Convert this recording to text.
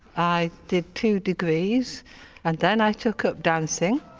i did two degrees and then i took up dancing.